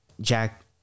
Jack